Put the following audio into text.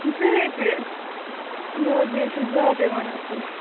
زٕ رۄپیہِ نہٕ حظ یہِ حظ چھُ زیادَے وَنان تُہۍ